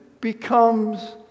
becomes